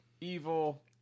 Evil